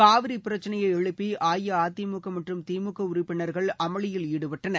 காவிரி பிரச்சினையை எழுப்பி அஇஅதிமுக மற்றும் திமுக உறுப்பினர்கள் அமளியில் ஈடுபட்டனர்